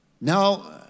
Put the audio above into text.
Now